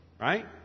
Right